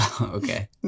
Okay